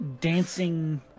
dancing